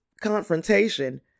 confrontation